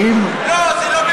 האם, לא, זה לא במקרה.